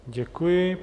Děkuji.